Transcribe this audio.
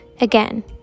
Again